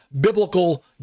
biblical